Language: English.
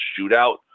shootout